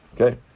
Okay